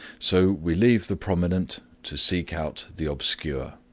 so we leave the prominent to seek out the obscure.